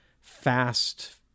fast